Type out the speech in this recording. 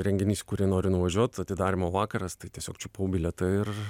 renginys į kuri noriu nuvažiuot atidarymo vakaras tai tiesiog čiupau bilietą ir